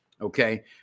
okay